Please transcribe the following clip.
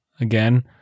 again